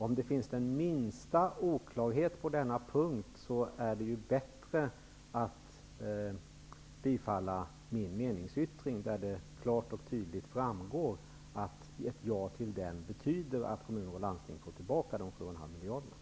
Om det finns den minsta oklarhet på denna punkt är det ju bättre att rösta för min meningsyttring, där det klart och tydligt framgår att ett ja till meningsyttringen betyder att kommuner och landsting får tillbaka de 7,5 miljarderna.